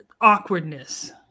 awkwardness